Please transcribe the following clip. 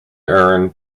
earn